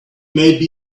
maybe